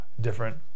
different